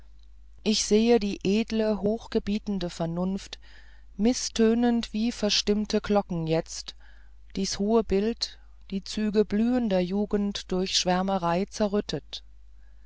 ich sehe die edle hochgebietende vernunft mißtönend wie verstimmte glocken jetzt dies hohe bild die züge blühender jugend durch schwärmerei zerrüttet